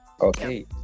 okay